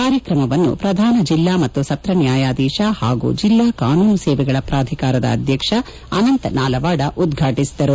ಕಾರ್ಯಕ್ರಮವನ್ನು ಪ್ರಧಾನ ಜಿಲ್ಲಾ ಮತ್ತು ಸತ್ರ ನ್ಯಾಯಾಧೀಶ ಹಾಗೂ ಜಿಲ್ಲಾ ಕಾನೂನು ಸೇವೆಗಳ ಪ್ರಾಧಿಕಾರದ ಅಧ್ಯಕ್ಷ ಅನಂತ ನಾಲವಾದ ಉದ್ವಾಟಿಸಿದರು